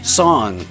song